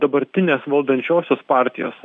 dabartinės valdančiosios partijos